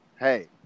hey